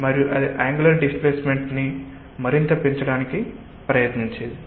మరియు అది angular displacement ని మరింత పెంచడానికి ప్రయత్నించేది